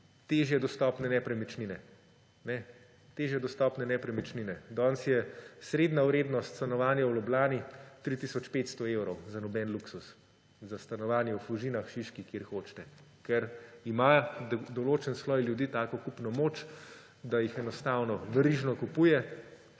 Težje dostopne nepremičnine. Danes je srednja vrednost stanovanja v Ljubljani 3 tisoč 500 evrov za noben luksuz, za stanovanje v Fužinah, Šiški, kjer hočete, ker ima določen sloj ljudi takšno kupno moč, da jih enostavno verižno kupuje,